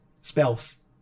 spells